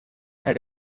had